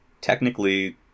technically